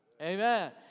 Amen